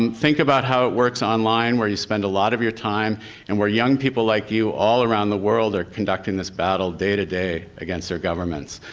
and think about how it works online where you spend a lot of your time and where young people like you all around the world are conducting this battle day to day against their governments.